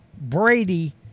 Brady